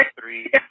three